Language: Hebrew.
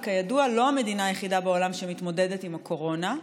וכידוע זו לא המדינה היחידה בעולם שמתמודדת עם הקורונה.